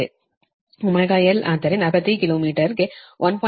ωl ಆದ್ದರಿಂದ ಪ್ರತಿ ಕಿಲೋ ಮೀಟರ್ಗೆ 1